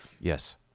Yes